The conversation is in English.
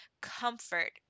comfort